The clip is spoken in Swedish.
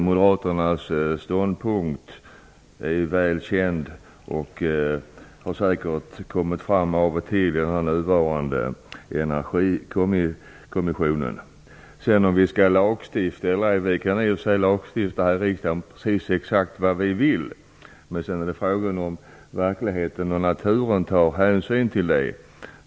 Moderaternas ståndpunkt är väl känd och har säkerligen kommit fram av och till i den nuvarande I frågan om att lagstifta eller ej vill jag säga att vi här i riksdagen i och för sig kan lagstifta exakt som vi vill, men frågan är om verkligheten och naturen tar hänsyn till det.